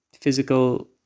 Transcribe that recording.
physical